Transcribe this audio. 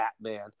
Batman